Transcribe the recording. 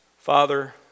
Father